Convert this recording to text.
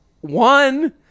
one